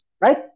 right